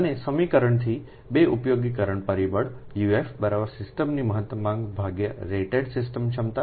અને સમીકરણથી 2 ઉપયોગીકરણ પરિબળ UF સિસ્ટમની મહત્તમ માંગ રેટેડ સિસ્ટમ ક્ષમતા